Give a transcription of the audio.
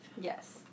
Yes